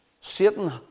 Satan